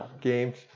games